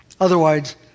Otherwise